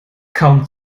kaum